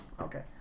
Okay